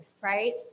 right